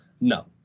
No